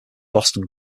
boston